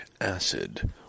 acid